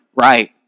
Right